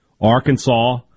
Arkansas